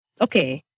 okay